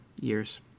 years